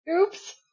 oops